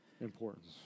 Importance